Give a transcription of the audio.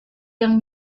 yang